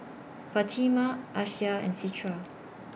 Fatimah Aisyah and Citra